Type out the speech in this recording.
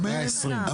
120,